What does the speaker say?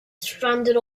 stranded